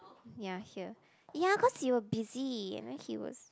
ya here ya cause you were busy and then he was